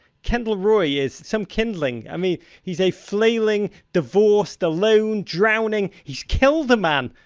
kendall roy is some kindling. i mean, he's a flailing, divorced, alone, drowning he's killed a man!